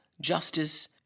justice